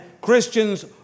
Christians